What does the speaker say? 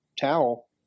towel